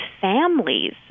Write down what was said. families